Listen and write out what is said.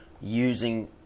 using –